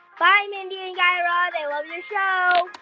bye, mindy and guy raz. i love your show